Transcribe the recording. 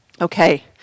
okay